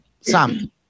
Sam